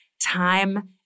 time